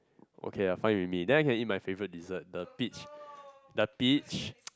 okay fine with me then I can eat my favourite dessert the peach the peach